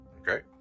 Okay